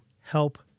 help